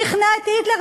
שכנע את היטלר.